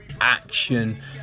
action